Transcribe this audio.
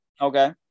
Okay